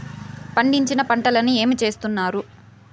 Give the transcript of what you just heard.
పండించిన పంటలని ఏమి చేస్తున్నారు?